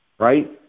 right